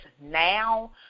now